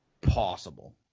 possible